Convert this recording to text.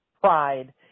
pride